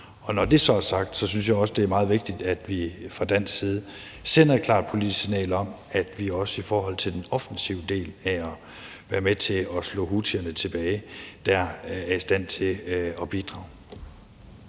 Når det så er sagt, synes jeg også, det er meget vigtigt, at vi fra dansk side sender et klart politisk signal om, at vi også i forhold til den offensive del af at være med til at slå houthierne tilbage er i stand til at bidrage.